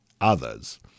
others